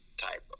type